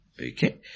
Okay